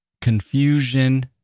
confusion